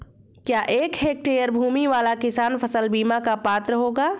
क्या एक हेक्टेयर भूमि वाला किसान फसल बीमा का पात्र होगा?